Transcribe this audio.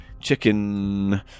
Chicken